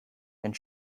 and